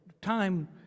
time